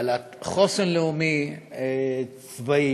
בעלת חוסן לאומי צבאי,